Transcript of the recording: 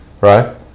right